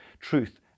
truth